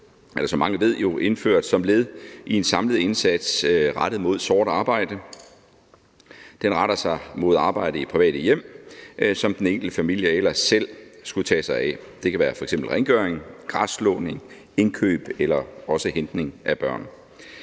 jo, som mange ved, indført som led i en samlet indsats rettet mod sort arbejde. Den retter sig mod det arbejde i private hjem, som den enkelte familie ellers selv skulle tage sig af – det kan være f.eks. rengøring, græsslåning, indkøb eller afhentning af børn.